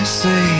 say